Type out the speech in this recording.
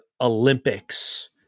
Olympics